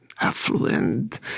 affluent